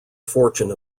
fortune